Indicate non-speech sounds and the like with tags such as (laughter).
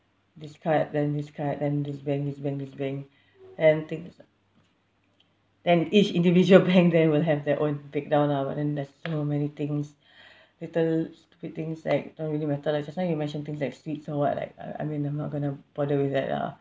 this card then this card then this bank this bank this bank and things and each individual bank then will have their own breakdown lah but then there's so many things (breath) little stupid things like don't really matter lah just now you mention things like sweets or what so what like uh I mean I'm not going to bother with that lah